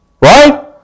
Right